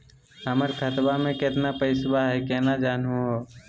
हमर खतवा मे केतना पैसवा हई, केना जानहु हो?